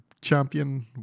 champion